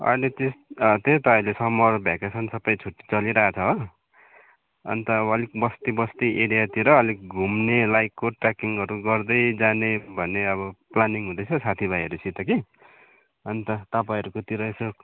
अनि त्यही त्यही त अहिले समर भ्याकेसन सबै छुट्टी चलिरहेछ हो अन्त अलिक बस्ती बस्ती एरियातिर अलिक घुम्ने लाइकको ट्रेकिङहरू गर्दै जाने भन्ने अब प्लानिङ हुँदैछ साथीभाइहरूसित कि अन्त तपाईँहरूकोतिर यसो